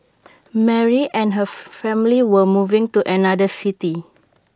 Mary and her family were moving to another city